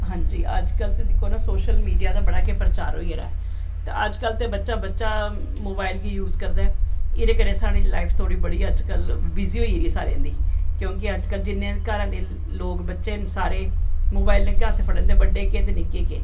हां जी अज्ज कल दिक्खो सोशल मीडिया दा बड़ा गै प्रचार होई गेदा ऐ ते अज्ज कल ते बच्चा बच्चा मोवाईल गी यूज़ करदा ऐ एह्दे कन्नैं साढ़ी लाईफ बड़ी बिज़ी होई गेदी ऐ अज्ज कल क्योंकि अज कल जिन्ने घरे दे लोग बच्चे न सारे मोबाईल गै हत्थ फड़े दे बड्डे केह् ते निक्के केह्